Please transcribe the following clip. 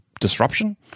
disruption